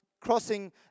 crossing